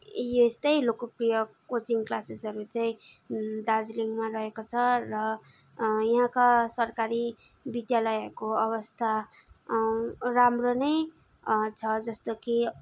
यस्तै लोकप्रिय कोचिङ क्लासेसहरू चाहिँ दार्जिलिङमा रहेको छ र यहाँका सरकारी विद्यालयहरूको अवस्था राम्रो नै छ जस्तो कि